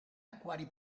acquari